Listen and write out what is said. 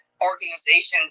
organizations